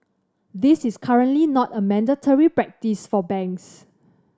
this is currently not a mandatory practice for banks